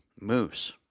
Moose